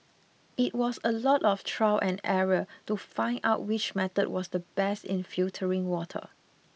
it was a lot of trial and error to find out which method was the best in filtering water